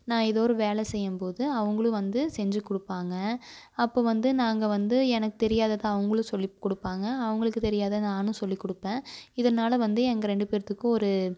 நான் எதோ ஒரு வேலை செய்யும்போது அவங்களும் வந்து செஞ்சு கொடுப்பாங்க அப்போ வந்து நாங்கள் வந்து எனக்கு தெரியாததை அவங்களும் சொல்லி கொடுப்பாங்க அவங்களுக்கு தெரியாததை நானும் சொல்லி கொடுப்பேன் இதனால் வந்து எங்கள் ரெண்டு பேர்த்துக்கும் ஒரு